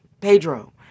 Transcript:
Pedro